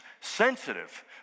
sensitive